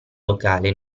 locale